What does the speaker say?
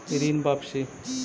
ऋण वापसी?